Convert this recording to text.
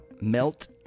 Melt